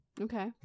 Okay